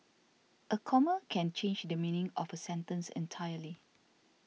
a comma can change the meaning of a sentence entirely